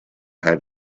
had